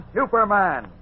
Superman